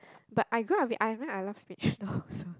but I grow a bit I am I love spinach tho so